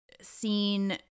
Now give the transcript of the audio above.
seen